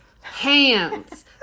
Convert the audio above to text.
hands